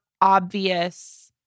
obvious